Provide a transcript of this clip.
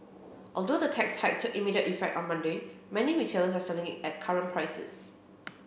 although the tax hike took immediate effect on Monday many retailers are selling at current prices